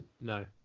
No